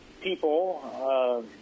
people